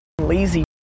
lazy